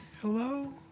Hello